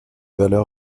valeur